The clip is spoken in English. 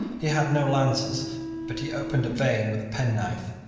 he had no lances but he opened a vein with a penknife.